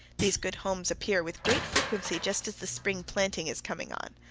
these good homes appear with great frequency just as the spring planting is coming on.